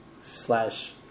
Slash